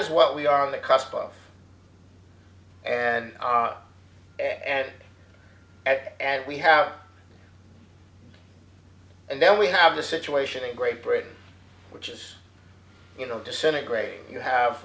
is what we are on the cusp of and and at and we have and now we have the situation in great britain which is you know disintegrating you have